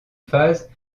phase